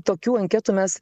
tokių anketų mes